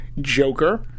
Joker